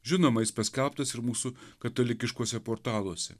žinoma jis paskelbtas ir mūsų katalikiškuose portaluose